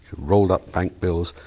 rolled up bank bills,